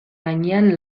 gainean